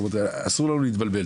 אסור לנו להתבלבל.